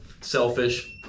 selfish